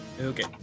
Okay